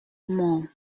mon